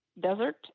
Desert